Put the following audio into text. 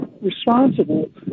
responsible